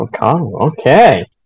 Okay